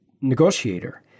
negotiator